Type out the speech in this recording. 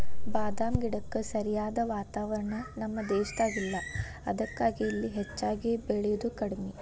ಬಾದಾಮ ಗಿಡಕ್ಕ ಸರಿಯಾದ ವಾತಾವರಣ ನಮ್ಮ ದೇಶದಾಗ ಇಲ್ಲಾ ಅದಕ್ಕಾಗಿ ಇಲ್ಲಿ ಹೆಚ್ಚಾಗಿ ಬೇಳಿದು ಕಡ್ಮಿ